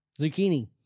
Zucchini